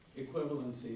equivalency